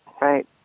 right